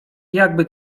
jakby